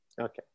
Okay